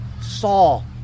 Saul